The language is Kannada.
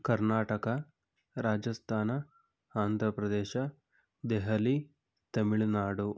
ಕರ್ನಾಟಕ ರಾಜಸ್ತಾನ ಆಂಧ್ರ ಪ್ರದೇಶ ದೆಹಲಿ ತಮಿಳುನಾಡು